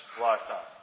lifetime